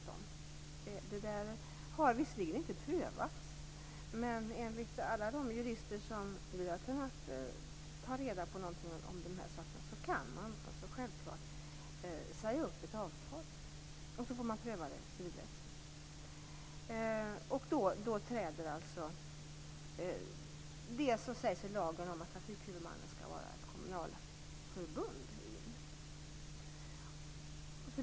Det har visserligen inte prövats, men enligt alla de jurister som har tagit reda på något om den här saken kan man självklart säga upp ett avtal. Sedan får man pröva det civilrättsligt. Då träder alltså det som sägs i lagen om att trafikhuvudmannen skall vara ett kommunalförbund in.